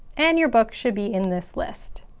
and your book should be in this list.